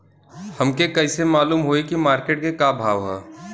हमके कइसे मालूम होई की मार्केट के का भाव ह?